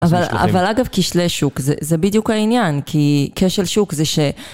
אבל-אבל אגב כשלי שוק, זה-זה בדיוק העניין, כי... כשל שוק זה ש...